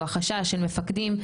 או החשש של מפקדים,